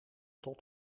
tot